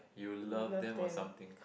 you love them or something